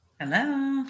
Hello